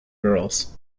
girls